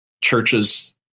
churches